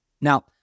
Now